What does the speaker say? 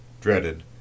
dreaded